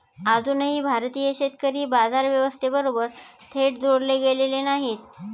अजूनही भारतीय शेतकरी बाजार व्यवस्थेबरोबर थेट जोडले गेलेले नाहीत